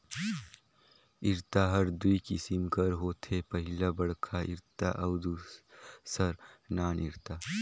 इरता हर दूई किसिम कर होथे पहिला बड़खा इरता अउ दूसर नान इरता